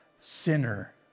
sinner